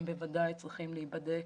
הם בוודאי צריכים להיבדק,